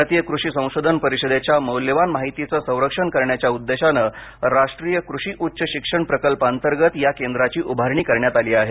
भारतीय कृषी संशोधन परिषदेच्या मौल्यवान माहितीचे संरक्षण करण्याच्या उद्देशाने राष्ट्रीय कृषी उच्च शिक्षण प्रकल्प अंतर्गत या केंद्राची उभारणी करण्यात आली आहे